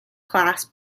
class